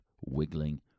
wiggling